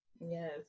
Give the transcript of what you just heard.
Yes